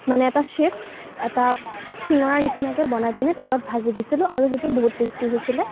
মানে এটা ছেপ এটা চিঙৰা নিচিনাকৈ বনাই পেনি তেলত ভাজি দিছিলোঁ আৰু সেইটো বহুত টেষ্টি হৈছিলে